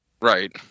Right